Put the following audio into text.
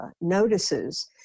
notices